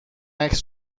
عکس